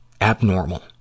abnormal